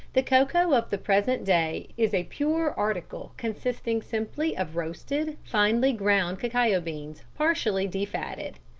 the cocoa of the present day is a pure article consisting simply of roasted, finely-ground cacao beans partially de-fatted.